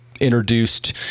introduced